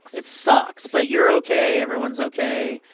it sucks, but you're okay, everyone's okay.